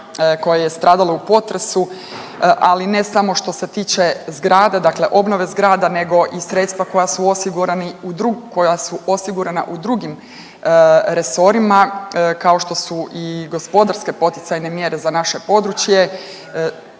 koje je stradalo u potresu, ali ne samo što se tiče zgrada, dakle obnove zgrada nego i sredstva koja su osigurana u drugim resorima kao što su i gospodarske poticajne mjere za naše područje,